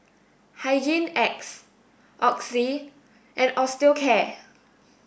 Hygin X Oxy and Osteocare